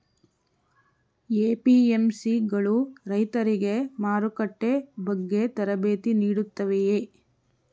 APMC ಗಳು ರೈತರಿಗೆ ಮಾರುಕಟ್ಟೆ ಬಗ್ಗೆ ತರಬೇತಿ ನೀಡುತ್ತವೆಯೇ?